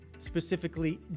specifically